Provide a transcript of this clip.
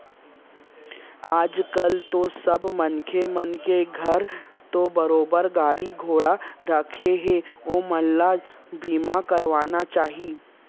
आज कल तो सबे मनखे मन के घर तो बरोबर गाड़ी घोड़ा राखें हें ओमन ल बीमा करवाना चाही